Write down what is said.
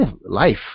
life